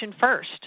first